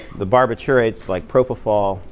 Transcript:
the barbiturates, like propofol,